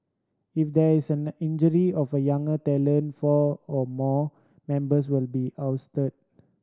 if there is an injury of younger talent four or more members will be ousted